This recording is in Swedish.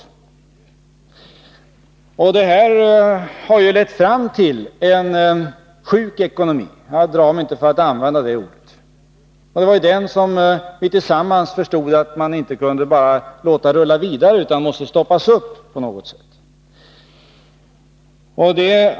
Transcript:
Det här harlett fram till en sjuk ekonomi — jag drar mig inte för att använda det ordet. Det var därför som vi tillsammans förstod att man inte bara kunde låta detta rulla vidare, utan att det på något vis måste sättas stopp för en sådan ordning.